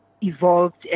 evolved